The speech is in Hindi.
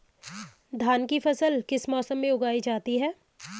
धान की फसल किस मौसम में उगाई जाती है?